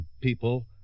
people